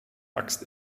axt